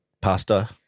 Pasta